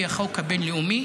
לפי החוק הבין-לאומי